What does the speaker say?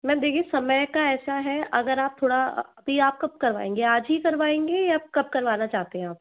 ma'am देखिए समय का ऐसा है अगर आप थोड़ा अभी आप कब करवाएंगे आज ही करवाएंगे या कब करवाना चाहते हैं आप